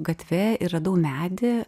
gatve ir radau medį